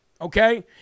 okay